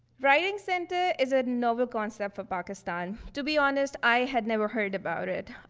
writing center is a novel concept for pakistan. to be honest, i had never heard about it.